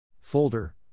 Folder